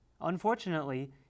Unfortunately